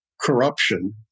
corruption